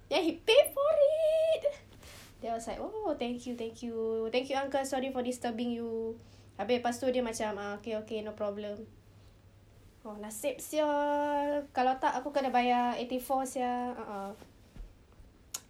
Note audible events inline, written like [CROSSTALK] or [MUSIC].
then he pay for it then I was like oh thank you thank you thank you uncle sorry for disturbing you habis lepas itu dia macam okay okay no problem !wah! nasib sia kalau tak aku kena bayar eighty four sia a'ah [NOISE]